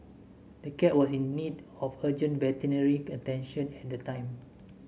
the cat was in need of urgent veterinary attention at the time